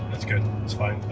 that's good. that's fine. oh,